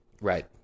Right